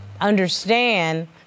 understand